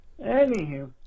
Anywho